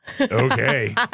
Okay